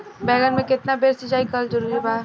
बैगन में केतना बेर सिचाई करल जरूरी बा?